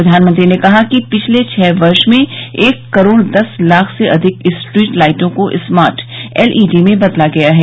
प्रधानमंत्री ने कहा कि पिछले छह वर्ष में एक करोड़ दस लाख से अधिक स्ट्रीट लाइटों को स्मार्ट एलईडी में बदला गया है